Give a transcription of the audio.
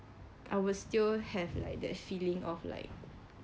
I would still have like that feeling of like